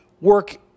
work